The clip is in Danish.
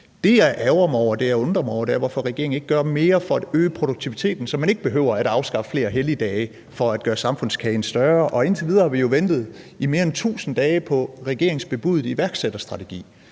engang har lyst til. Det, jeg undrer mig over, er, hvorfor regeringen ikke gør mere for at øge produktiviteten, så man ikke behøver at afskaffe flere helligdage for at gøre samfundskagen større. Indtil videre har vi jo ventet i mere end 1.000 dage på regeringens bebudede iværksætterstrategi,